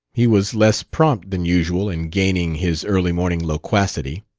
he was less prompt than usual in gaining his early morning loquacity.